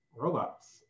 robots